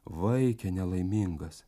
vaike nelaimingas